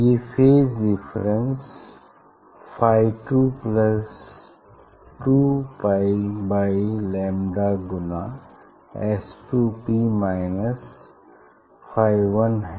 ये phase difference phi two plus two pi by lambda गुना S2P minus phi one है